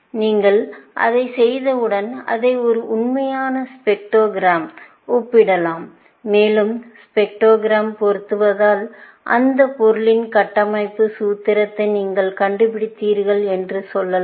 நீங்கள் அதைச் செய்தவுடன் அதை ஒரு உண்மையான ஸ்பெக்ட்ரோகிராமுடன் ஒப்பிடலாம் மேலும் ஸ்பெக்ட்ரோகிராம் பொருத்துவதால் அந்த பொருளின் கட்டமைப்பு சூத்திரத்தை நீங்கள் கண்டுபிடித்தீர்கள் என்று சொல்லலாம்